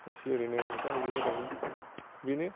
इसे ओरैनो मोगा मोगि जादोंमोन बेनो